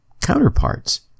counterparts